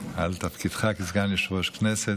על תפקידך כסגן יושב-ראש כנסת.